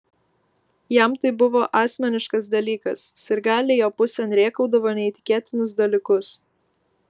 jam tai buvo asmeniškas dalykas sirgaliai jo pusėn rėkaudavo neįtikėtinus dalykus